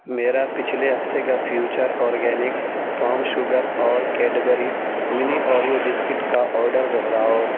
میرا پچھلے ہفتے کا فیوچر اورگینکس پروم شوگر اور کیڈبری منی اوریو بسکٹ کا آرڈر دہراؤ